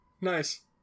Nice